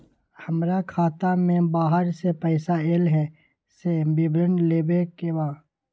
हमरा खाता में बाहर से पैसा ऐल है, से विवरण लेबे के बा?